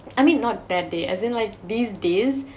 I mean not that day as in like these days